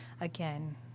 again